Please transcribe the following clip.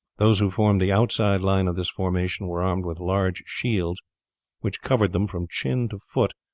those who formed the outside line of this formation were armed with large shields which covered them from chin to foot,